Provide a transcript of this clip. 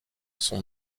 sont